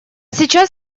сейчас